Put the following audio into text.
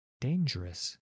dangerous